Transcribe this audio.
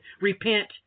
Repent